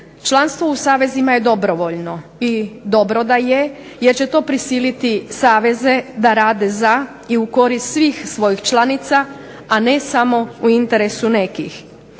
Članstvo u savezima je dobrovoljno i dobro da je jer će to prisiliti saveze da rade za i u korist svih svojih članica, a ne samo u interesu nekih.